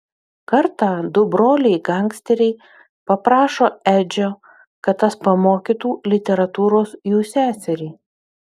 kartą du broliai gangsteriai paprašo edžio kad tas pamokytų literatūros jų seserį